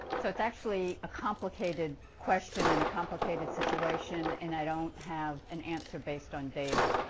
so it's actually a complicated question and a complicated situation and i don't have an answer based on data.